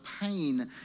pain